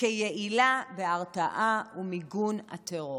כיעילה בהרתעה ומיגור הטרור.